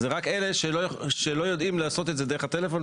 זה רק אלה שלא יודעים לעשות את זה דרך הטלפון,